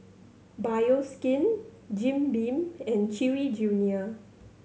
Bioskin Jim Beam and Chewy Junior